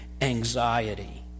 anxiety